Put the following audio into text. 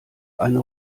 eine